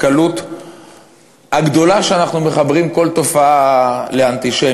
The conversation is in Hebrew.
בעניין הקלות הגדולה שבה אנחנו מחברים כל תופעה לאנטישמיות.